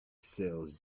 sells